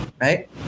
right